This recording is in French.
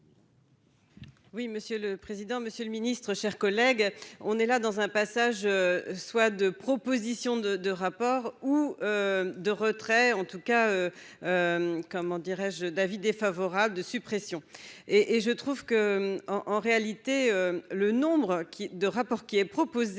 Oui, monsieur le président, Monsieur le Ministre, chers collègues, on est là dans un passage, soit de propositions de de rapport ou de retrait, en tout cas, comment dirais-je d'avis défavorable de suppression et et je trouve que, en en réalité le nombre qui de rapports qui est proposé,